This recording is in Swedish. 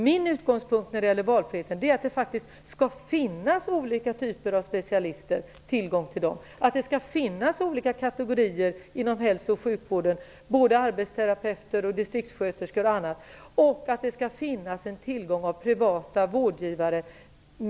Min utgångspunkt när det gäller valfriheten är att det faktiskt skall finnas tillgång till olika typer av specialister. Det skall finnas olika kategorier inom hälso och sjukvården, arbetsterapeuter, distriktssköterskor osv. Det skall finnas tillgång till privata vårdgivare.